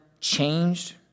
changed